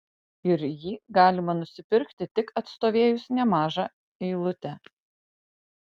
ir jį galima nusipirkti tik atstovėjus nemažą eilutę